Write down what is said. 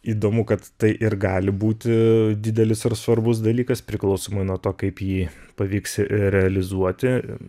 įdomu kad tai ir gali būti didelis ar svarbus dalykas priklausomai nuo to kaip jį pavyks realizuoti